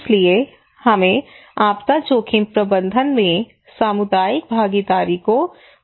इसलिए हमें आपदा जोखिम प्रबंधन में सामुदायिक भागीदारी को बढ़ावा देना चाहिए